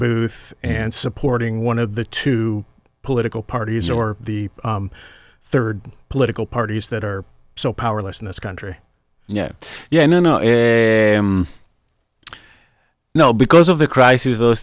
booth and supporting one of the two political parties or the third political parties that are so powerless in this country yeah yeah no no no because of the crisis those